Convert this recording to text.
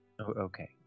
Okay